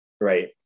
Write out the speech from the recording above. Right